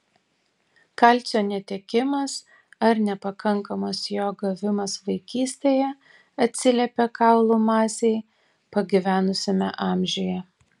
kalcio netekimas ar nepakankamas jo gavimas vaikystėje atsiliepia kaulų masei pagyvenusiame amžiuje